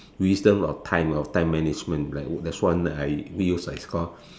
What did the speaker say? wisdom of time of time management like there's one I we use like it's called